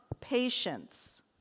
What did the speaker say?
patience